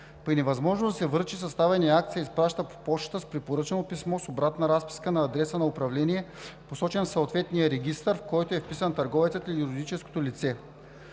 При невъзможност да се връчи, съставеният акт се изпраща по пощата с препоръчано писмо с обратна разписка на адреса на управление, посочен в съответния регистър, в който е вписан търговецът или юридическото лице.